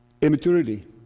Immaturity